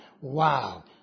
wow